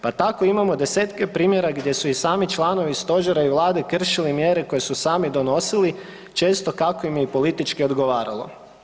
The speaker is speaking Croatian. Pa tako imamo 10-ke primjere gdje su i sami članovi stožera i vlade kršili mjere koje su sami donosili, često kako im je i politički odgovaralo.